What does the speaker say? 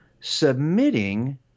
submitting